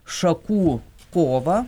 šakų kovą